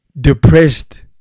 depressed